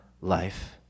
life